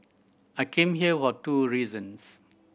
I came here were two reasons